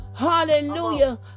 Hallelujah